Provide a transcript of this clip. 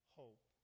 hope